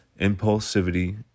impulsivity